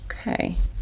Okay